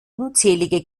unzählige